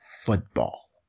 football